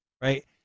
right